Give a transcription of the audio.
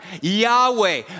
Yahweh